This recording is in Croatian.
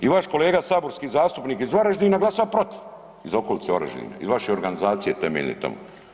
I vaš kolega saborski zastupnik iz Varaždina glasa protiv iz okolice Varaždina iz vaše organizacije temeljne tamo.